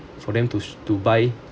for them to to buy